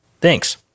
Thanks